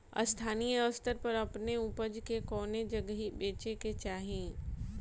स्थानीय स्तर पर अपने ऊपज के कवने जगही बेचे के चाही?